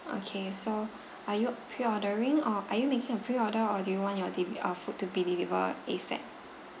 okay so are you pre-ordering or are you making a pre-order or do you want your deli~ uh food to be delivered asap